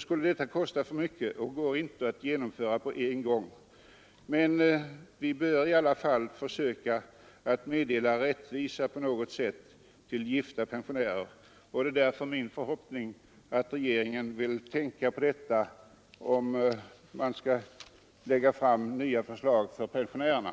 skulle kosta för mycket. En reform av denna innebörd skulle alltså inte gå att genomföra på en gång. Men vi bör i alla fall försöka att på något sätt ge rättvisa för gifta pensionärer. Det är därför min förhoppning att regeringen vill tänka på detta, om man skall lägga fram nya förslag för pensionärerna.